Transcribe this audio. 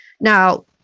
Now